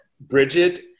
bridget